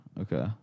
Okay